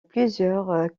plusieurs